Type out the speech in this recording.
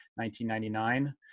1999